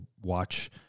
watch